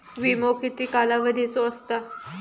विमो किती कालावधीचो असता?